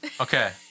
Okay